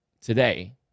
today